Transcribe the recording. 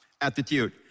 attitude